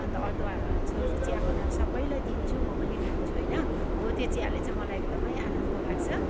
अन्त अदुवाहरू हाल्छु ओर्छु चिया बनाएर सबैलाई दिन्छु म पनि खान्छु होइन हो त्यो चियाले चाहिँ मलाई एकदमै आनन्द लाग्छ